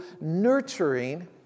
nurturing